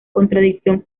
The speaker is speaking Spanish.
contradicción